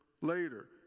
later